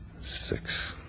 six